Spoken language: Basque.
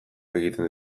egiten